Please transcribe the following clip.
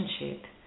relationship